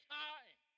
time